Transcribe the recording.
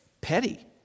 Petty